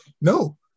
no